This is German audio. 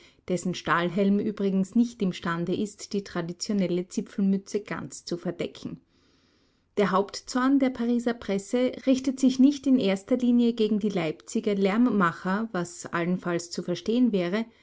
dessen stahlhelm übrigens nicht imstande ist die traditionelle zipfelmütze ganz zu verdecken der hauptzorn der pariser presse richtet sich nicht in erster linie gegen die leipziger lärmmacher was allenfalls zu verstehen wäre